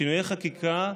שינויי חקיקה,